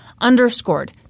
underscored